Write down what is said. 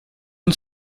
und